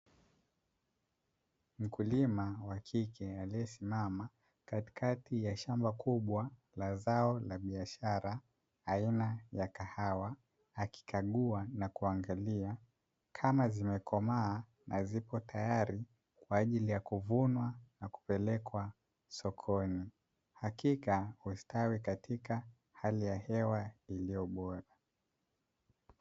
Mkulima wakike aliyesimama katikati ya shmba kubwa la zao la biashara aina ya kahawa, akikagua na kuangalia kama zimekomaa na zipo tayari kwa ajili ya kuvunwa na kupelekwa sokoni, hakika ustawi katika hali ya hewa iliyobora.